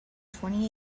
twenty